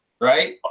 right